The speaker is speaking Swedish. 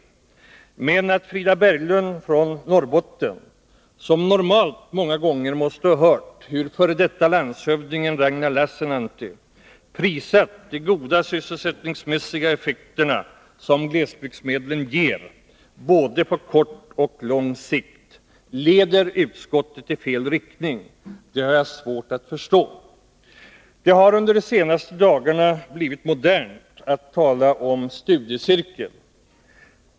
Däremot har jag svårt att förstå varför Frida Berglund från Norrbotten, som många gånger måste ha hört hur f. d. landshövdingen Ragnar Lassinantti prisat de goda sysselsättningsmässiga effekter som glesbygdsmedlen ger på både kort och lång sikt, leder utskottet i fel riktning. Det har under de senaste dagarna blivit modernt att tala om studiecirklar.